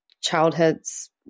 childhoods